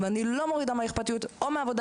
ואני לא מורידה מהאכפתיות או מהעבודה